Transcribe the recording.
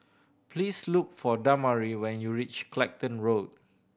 please look for Damari when you reach Clacton Road